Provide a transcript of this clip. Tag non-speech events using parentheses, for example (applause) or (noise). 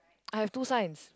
(noise) I have two signs